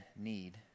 need